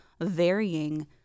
varying